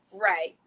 Right